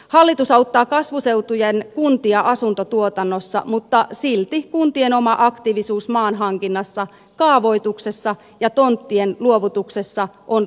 hallitus auttaa kasvuseutujen kuntia asuntotuotannossa mutta silti kuntien oma aktiivisuus maan hankinnassa kaavoituksessa ja tonttien luovutuksessa on ratkaisevaa